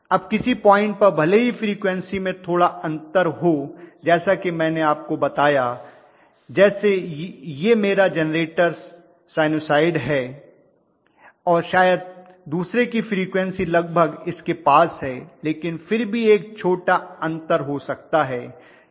अब किसी पॉइंट पर भले ही फ्रीक्वन्सी में थोड़ा अंतर हो जैसा कि मैंने आपको बताया जैसे यह मेरा जेनरेटर साइनसॉइड है और शायद दूसरे की फ्रीक्वन्सी लगभग इसके पास है लेकिन फिर भी एक छोटा अंतर हो सकता है